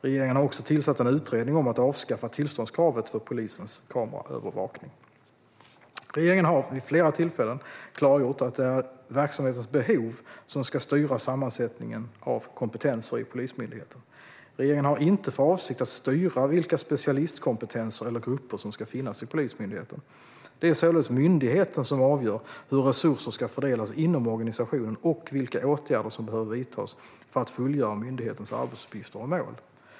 Regeringen har också tillsatt en utredning om att avskaffa tillståndskravet för polisens kameraövervakning. Regeringen har vid flera tillfällen klargjort att det är verksamhetens behov som ska styra sammansättningen av kompetenser i Polismyndigheten. Regeringen har inte för avsikt att styra vilka specialistkompetenser eller grupper som ska finnas i Polismyndigheten. Det är således myndigheten som avgör hur resurser ska fördelas inom organisationen och vilka åtgärder som behöver vidtas för att fullgöra myndighetens arbetsuppgifter och mål.